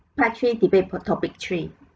part three debate topic three